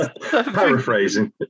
paraphrasing